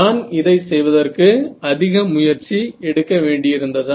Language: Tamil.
நான் இதை செய்வதற்கு அதிக முயற்சி எடுக்க வேண்டியிருந்ததா